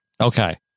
Okay